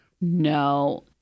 No